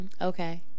Okay